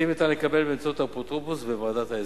פרטים ניתן לקבל באמצעות האפוטרופוס וועדת העיזבונות.